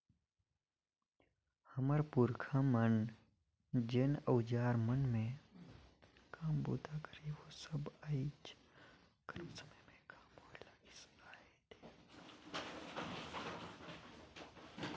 हमर पुरखा मन जेन अउजार मन मे काम बूता करे ओ सब आएज कर समे मे कम होए लगिस अहे, देखे सुने ले नी मिले